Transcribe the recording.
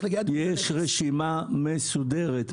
יש רשימה מסודרת,